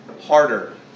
harder